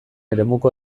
eremuko